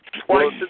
Twice